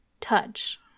touch